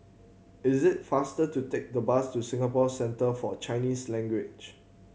is it faster to take the bus to Singapore Centre For Chinese Language